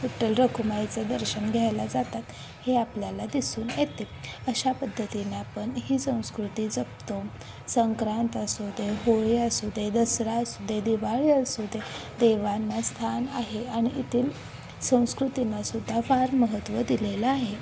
विठ्ठल रखुमाईचं दर्शन घ्यायला जातात हे आपल्याला दिसून येते अशा पद्धतीने आपण ही संस्कृती जपतो संक्रांत असू दे होळी असू दे दसरा असू दे दिवाळी असू दे देवांना स्थान आहे आणि येथील संस्कृतीनासुद्धा फार महत्त्व दिलेलं आहे